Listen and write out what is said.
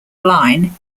line